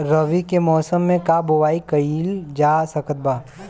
रवि के मौसम में का बोआई कईल जा सकत बा?